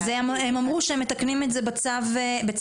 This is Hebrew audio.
אז הם אמרו שהם מתקנים את זה בצו הפארקים,